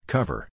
Cover